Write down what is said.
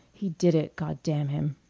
he did it, god damn him!